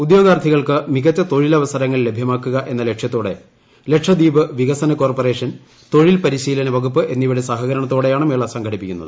ഉദ്യോഗാർഥികൾക്ക് മികച്ച തൊഴിലവസരങ്ങൾ ലഭ്യമാക്കുക എന്ന ലക്ഷ്യത്തോടെ ലക്ഷദ്ദീപ് വികസന കോർപ്പറേഷൻ തൊഴിൽ പരിശീലന വകുപ്പ് എന്നിവയുടെ ്സഹകരണത്തോടെയാണ് മേള സംഘടിപ്പിക്കുന്നത്